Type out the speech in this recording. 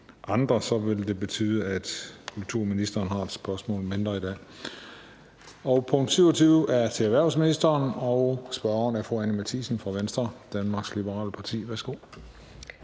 andre vil det betyde, at kulturministeren har et spørgsmål mindre i dag. Punkt 27 er et spørgsmål til erhvervsministeren, og spørgeren er fru Anni Matthiesen fra Venstre, Danmarks Liberale Parti. Kl.